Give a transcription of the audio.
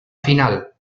final